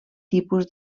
tipus